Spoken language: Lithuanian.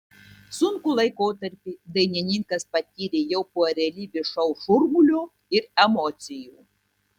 sunkų laikotarpį dainininkas patyrė jau po realybės šou šurmulio ir emocijų